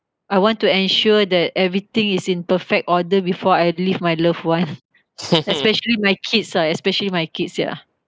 I want to ensure that everything is in perfect order before I leave my loved one especially my kids ah especially my kids ya